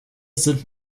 sind